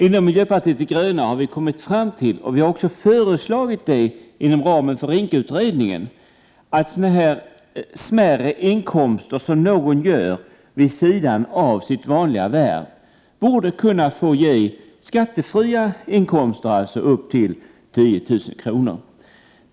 Inom miljöpartiet de gröna har vi kommit fram till, och även föreslagit detta inom ramen för RINK-utredningen, att smärre inkomster som någon har vid sidan av sitt vanliga värv borde kunna få vara skattefria upp till 10 000 kr.